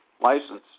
license